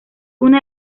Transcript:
una